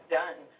done